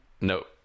No